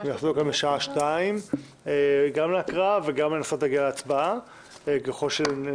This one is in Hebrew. ונחזור בשעה 14:00 גם להקראה וגם לנסות להגיע להצבעה אם נצליח.